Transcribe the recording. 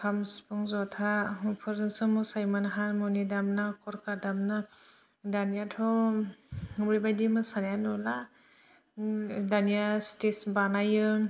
खाम सिफुं ज'था बेफोरजोंसो मोसायोमोन हारमुनि दामना थरखा दामना दानियाथ' बेबायदि मोसानाया नुला दानिया स्टेज बानायो